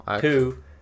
two